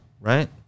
right